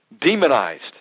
demonized